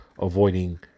avoiding